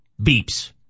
beeps